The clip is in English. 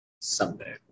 Someday